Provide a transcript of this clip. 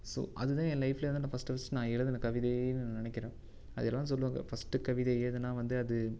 so அது தான் ஏன் லைஃபில் வந்து நான் ஃபஸ்ட்டு ஃபஸ்ட்டு நான் எழுதின கவிதயேன்னு நான் நினக்கிறேன் அதை தான் சொல்லுவாங்கள் ஃபஸ்ட்டு கவிதை எழுதினா வந்து அது